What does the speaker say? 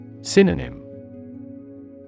Synonym